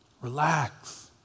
Relax